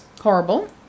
Horrible